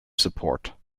support